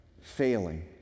failing